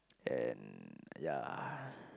and ya